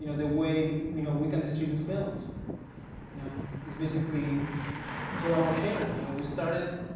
you know the way you know we can distribute films you know is basically it's all about sharing. you know we started